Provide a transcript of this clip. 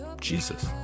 Jesus